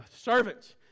servants